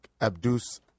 Abdus